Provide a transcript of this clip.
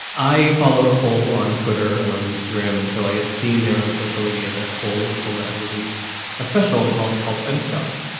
i follow cole on twitter and on instagram. and so i had seen there on social media that call this call that had released a special called help i'm stuck.